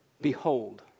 Behold